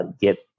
get